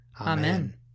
Amen